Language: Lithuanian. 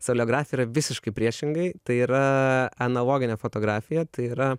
soleografija yra visiškai priešingai tai yra analoginė fotografija tai yra